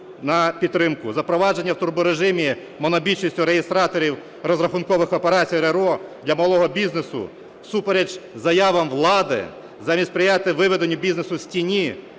на підтримку. Запровадження в турборежимі монобільшістю реєстраторів розрахункових операцій (РРО) для малого бізнесу, всупереч заявам влади, замість сприяти виведенню бізнесу з тіні,